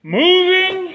moving